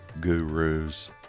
gurus